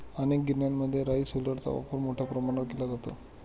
अनेक गिरण्यांमध्ये राईस हुलरचा वापर मोठ्या प्रमाणावर केला जातो